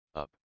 up